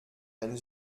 ein